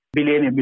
Billion